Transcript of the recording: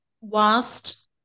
whilst